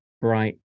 bright